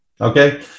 okay